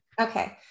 Okay